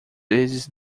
vezes